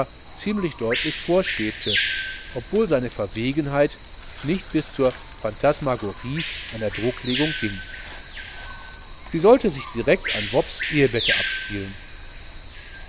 ziemlich deutlich vorschwebte obwohl seine verwegenheit nicht bis zur phantasmagorie einer drucklegung ging sie sollte sich direkt in wopfs ehebette abspielen